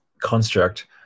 construct